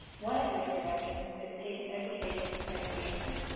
one of the interventions is patient education and engagement.